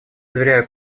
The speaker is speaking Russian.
заверяю